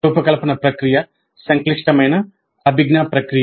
రూపకల్పన ప్రక్రియ సంక్లిష్టమైన అభిజ్ఞా ప్రక్రియ